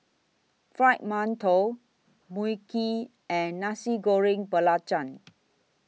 Fried mantou Mui Kee and Nasi Goreng Belacan